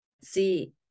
see